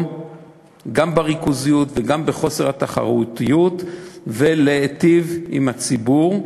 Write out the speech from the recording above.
גם בריכוזיות וגם בחוסר התחרותיות ולהיטיב עם הציבור.